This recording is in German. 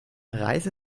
reise